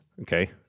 okay